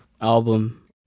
album